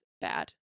bad